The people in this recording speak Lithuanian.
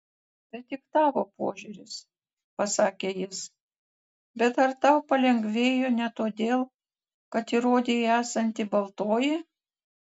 tai tik tavo požiūris pasakė jis bet ar tau palengvėjo ne todėl kad įrodei esanti baltoji